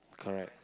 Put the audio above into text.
correct